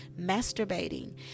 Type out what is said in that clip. Masturbating